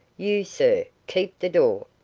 you, sir keep the door.